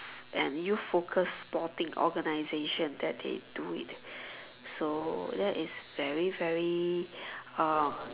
and youth focus sporting organization that they do it so that is very very uh